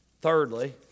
Thirdly